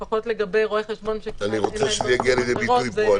לפחות לגבי רואי חשבון --- אני רוצה שזה יגיע לידי ביטוי פה.